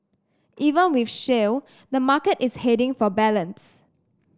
even with shale the market is heading for balance